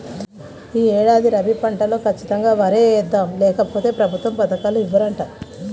యీ ఏడాది రబీ పంటలో ఖచ్చితంగా వరే యేద్దాం, లేకపోతె ప్రభుత్వ పథకాలు ఇవ్వరంట